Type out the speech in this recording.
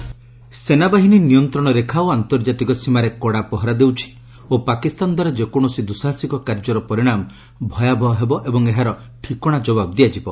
army Pak ସେନାବାହିନୀ ନିୟନ୍ତ୍ରଣ ରେଖା ଓ ଆନ୍ତର୍ଜାତିକ ସୀମାରେ କଡ଼ା ପହରା ଦେଉଛି ଓ ପାକିସ୍ତାନ ଦ୍ୱାରା ଯେକୌଣସି ଦ୍ୟୁସାହସିକ କାର୍ଯ୍ୟର ପରିଣାମ ଭୟାବହ ହେବ ଓ ଏହାର ଠିକଶା ଜବାବ ଦିଆଯିବ